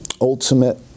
ultimate